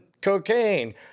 cocaine